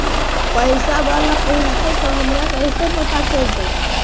पैसा बाला पहूंचतै तौ हमरा कैसे पता चलतै?